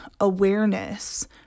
awareness